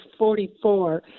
44